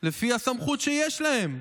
לפי הסמכות שיש להם.